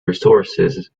resources